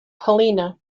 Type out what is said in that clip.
helena